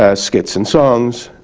ah skits and songs,